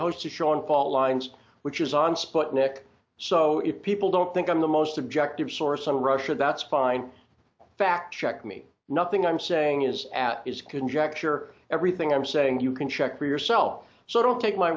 faultlines which is on sputnik so if people don't think i'm the most objective source i'm russia that's fine fact check me nothing i'm saying is at is conjecture everything i'm saying you can check for yourself so don't take my